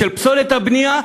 של פסולת הבנייה?